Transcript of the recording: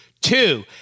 Two